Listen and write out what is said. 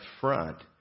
front